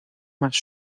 más